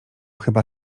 chyba